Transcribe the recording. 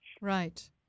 Right